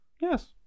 Yes